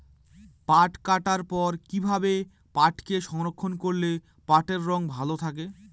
পাট কাটার পর কি ভাবে পাটকে সংরক্ষন করলে পাটের রং ভালো থাকে?